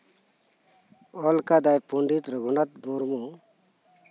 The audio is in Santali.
ᱚᱞ ᱟᱠᱟᱫᱟᱭ ᱯᱚᱱᱰᱤᱛ ᱨᱚᱜᱷᱩᱱᱟᱛᱷ ᱢᱩᱨᱢᱩ